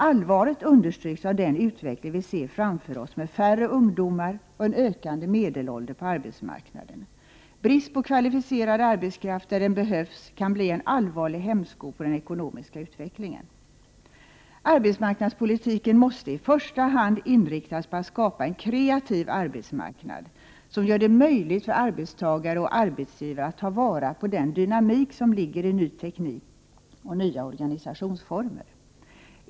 Allvaret understryks av den utveckling vi ser framför oss, med färre ungdomar och en ökande medelålder på arbetsmarknaden. Brist på kvalificerad arbetskraft där den behövs kan bli en allvarlig hämsko på den ekonomiska utvecklingen. Arbetsmarknadspolitiken måste i första hand inriktas på att skapa en kreativ arbetsmarknad, som gör det möjligt för arbetstagare och arbetsgivare att ta vara på den dynamik som ligger i ny teknik och nya organisationsformer.